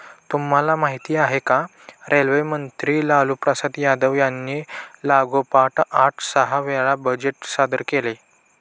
तुम्हाला माहिती आहे का? रेल्वे मंत्री लालूप्रसाद यादव यांनी लागोपाठ आठ सहा वेळा बजेट सादर केले